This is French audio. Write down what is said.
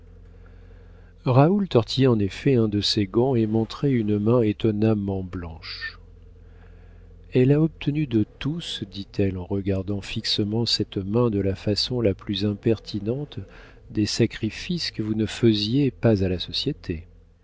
raoul tortillait en effet un de ses gants et montrait une main étonnamment blanche elle a obtenu de vous dit-elle en regardant fixement cette main de la façon la plus impertinente des sacrifices que vous ne faisiez pas à la société